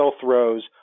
throws